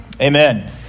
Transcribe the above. Amen